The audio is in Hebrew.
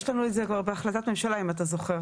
יש לנו את זה כבר בהחלטת ממשלה, אם אתה זוכר.